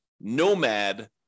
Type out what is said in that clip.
Nomad